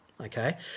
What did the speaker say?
okay